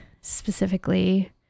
specifically